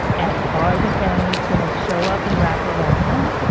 and are the families going to show up and wrap around them?